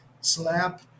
slap